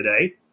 today